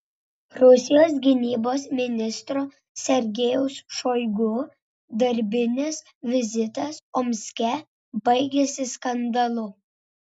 rusijos gynybos ministro sergejaus šoigu darbinis vizitas omske baigėsi skandalu